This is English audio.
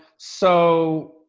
so,